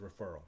referral